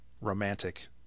romantic